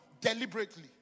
deliberately